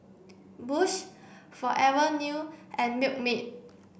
Bosch Forever New and Milkmaid